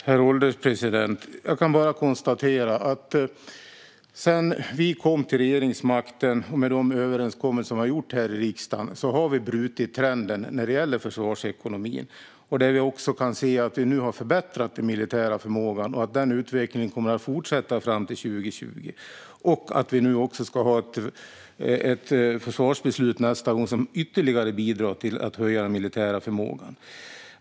Herr ålderspresident! Jag kan bara konstatera att sedan vi kom till regeringsmakten och med de överenskommelser vi har gjort här i riksdagen har vi brutit trenden när det gäller försvarsekonomin. Vi kan också se att vi nu har förbättrat den militära förmågan och att denna utveckling kommer att fortsätta fram till 2020. Vi ska nu också nästa gång ha ett försvarsbeslut som ytterligare bidrar till att höja den militära förmågan.